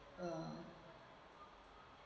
uh